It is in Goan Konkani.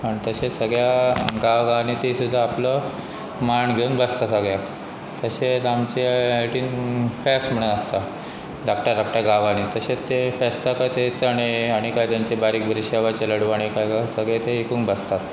आ तशेंच सगळ्या गांव गांवांनी ती सुद्दा आपलो मांाण घेवन बाजता सगळ्याक तशेंच आमचे आटीन फेस्त म्हणून आसता धाकट्या धाकट्या गांवांनी तशेंच ते फेस्तता काय ते चण आनी कां जंचे बारीक बारक शेवाचें लडव आ क सगळें तें एककूंक बाजतात